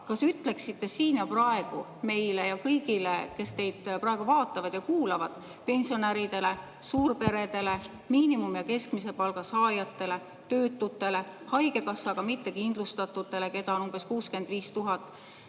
ja ütleksite siin ja praegu meile ja kõigile [teistele], kes teid praegu vaatavad ja kuulavad – pensionäridele, suurperedele, miinimumpalga ja keskmise palga saajatele, töötutele, haigekassas mitte kindlustatutele, keda on umbes 65 000,